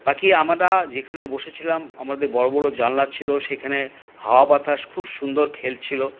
বাকি আমরা যেখানে বসেছিলাম আমাদের বড় বড় জানলা ছিল সেইখানে হাওয়া বাতাস খুব সুন্দর খেলছিল